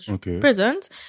prisons